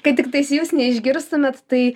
kad tiktai jūs neišgirstumėt tai